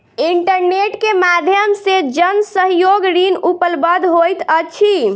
internet के माध्यम से जन सहयोग ऋण उपलब्ध होइत अछि